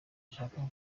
ashaka